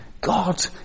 God